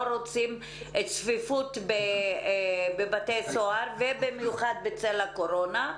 רוצים צפיפות בבתי סוהר במיוחד בצל הקורונה.